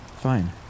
Fine